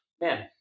man